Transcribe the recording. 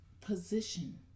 position